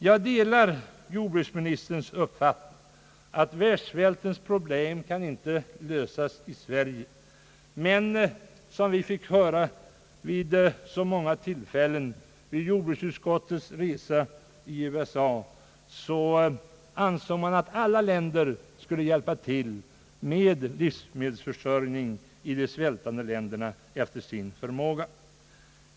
Jag delar jordbruksministerns uppfattning att världssvältens problem inte kan lösas i Sverige. Som vi fick höra vid så många tillfällen under jordbruksutskottets resa i USA, ansåg man emellertid där att alla länder efter sin förmåga borde hjälpa till med livsmedelsförsörjningen i de svältande länderna.